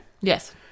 Yes